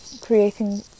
creating